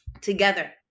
together